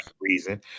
reason